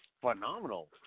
phenomenal